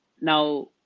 Now